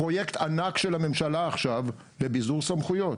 פרויקט ענק של הממשלה עכשיו בביזור סמכויות,